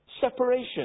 separation